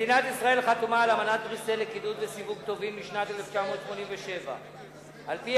מדינת ישראל חתומה על אמנת בריסל לקידוד וסיווג טובין משנת 1987. על-פי